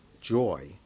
joy